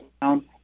down